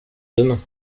demain